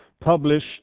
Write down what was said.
published